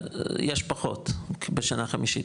יש פחות בשנה חמישית,